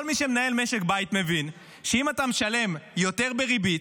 כל מי שמנהל משק בית מבין שאם אתה משלם יותר בריבית,